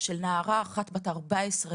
של נערה אחת בת 14,